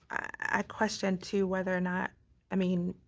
i question too, whether or not i mean,